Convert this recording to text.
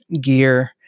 gear